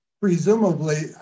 Presumably